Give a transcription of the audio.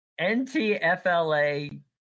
NTFLA